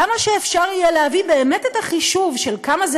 למה שיהיה אפשר להביא באמת את החישוב של כמה זה